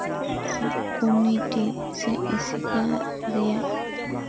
committee ᱥᱮ ᱟᱥᱮᱠᱟ ᱨᱮᱭᱟᱜ